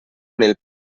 nel